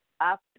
up